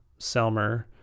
Selmer